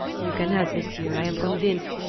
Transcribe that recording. you can help, monsieur, i am convinced,